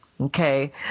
Okay